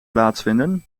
plaatsvinden